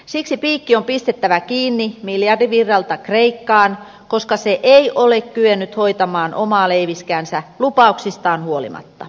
siksi piikki on pistettävä kiinni miljardivirralta kreikkaan koska se ei ole kyennyt hoitamaan omaa leiviskäänsä lupauksistaan huolimatta